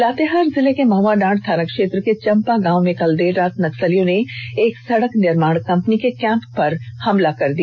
लातेहार जिले के महुआडांड़ थानाक्षेत्र के चंपा गांव में कल देर रात नक्सलियों ने एक सड़क निर्माण कंपनी के कैम्प पर हमला कर दिया